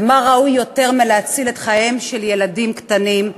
ומה ראוי יותר מלהציל מאשר את חייהם של ילדים קטנים?